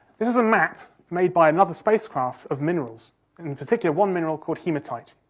this is a map made by another spacecraft of minerals, and in particular, one mineral called hematite.